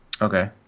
Okay